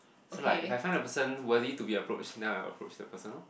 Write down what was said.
so like if I find a person willing to be approached then I approach the person lor